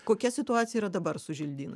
kokia situacija yra dabar su želdynais